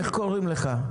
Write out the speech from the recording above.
אדוני, איך קוראים לך?